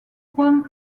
point